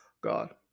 God